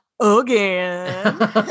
again